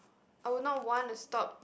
I would not want to stop